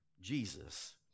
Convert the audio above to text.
Jesus